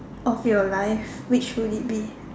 of your life which would it be